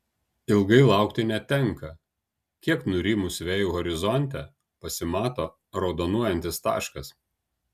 ilgai laukti netenka kiek nurimus vėjui horizonte pasimato raudonuojantis taškas